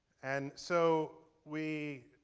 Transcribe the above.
and so we,